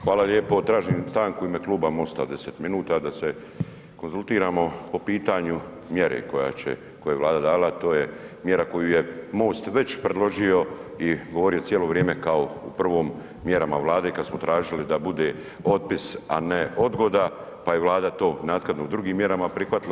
Hvala lijepo, tražim stanku u ime Kluba MOST-a 10 minuta da se konzultiramo po pitanju mjere koja će, koju je Vlada dala, a to je mjera koju je MOST već predložio i govorio cijelo vrijeme kao u prvom mjerama Vlade kad smo tražili da bude otpis, a ne odgoda pa je Vlada to naknadno drugim mjerama prihvatila.